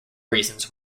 reasons